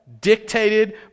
dictated